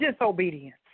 disobedience